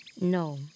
No